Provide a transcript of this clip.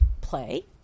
play